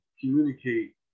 communicate